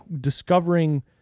discovering